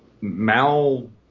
mal